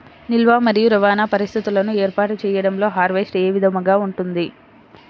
నిల్వ మరియు రవాణా పరిస్థితులను ఏర్పాటు చేయడంలో హార్వెస్ట్ ఏ విధముగా ఉంటుంది?